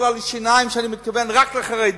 אבל מכאן להגיד לכל דבר,